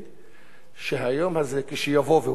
שהיום הזה, כשיבוא, והוא אכן יבוא,